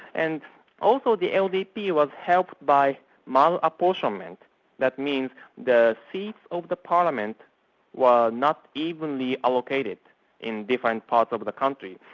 and also the ldp was helped by mal-apportionment that means the seats of the parliament were not evenly allocated in different parts of the country.